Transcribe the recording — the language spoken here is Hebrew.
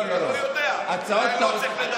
הוא לא יודע, אולי לא צריך לדבר?